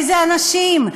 איזה אנשים?